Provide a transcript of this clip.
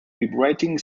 vibrating